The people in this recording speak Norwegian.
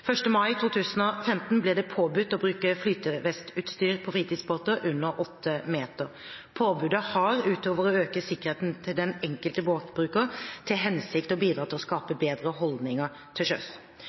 1. mai 2015 ble det påbudt å bruke flytevestutstyr på fritidsbåter under 8 meter. Påbudet har, utover å øke sikkerheten til den enkelte båtbruker, til hensikt å bidra til å skape